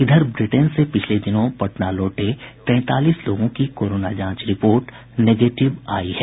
इधर ब्रिटेन से पिछले दिनों पटना लौटे तैंतालीस लोगों की कोरोना जांच रिपोर्ट नेगेटिव आई है